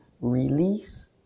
release